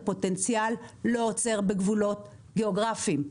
הפוטנציאל לא עוצר בגבולות גיאוגרפיים.